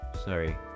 Sorry